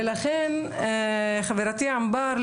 לכן חברתי ענבר,